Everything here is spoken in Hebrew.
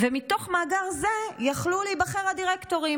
מתוך מאגר זה יכלו להיבחר הדירקטורים.